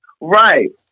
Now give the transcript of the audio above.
Right